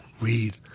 read